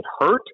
hurt